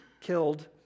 killed